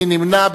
מי נמנע?